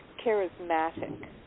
charismatic